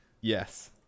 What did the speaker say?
Yes